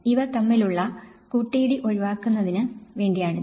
ഇവ തമ്മിലുള്ള കൂട്ടിയിടി ഒഴിവാക്കുന്നതിന് വേണ്ടിയാണിത്